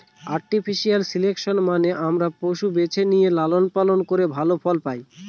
artificial selection মানে আমরা পশু বেছে নিয়ে লালন পালন করে ভালো ফল পায়